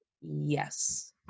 yes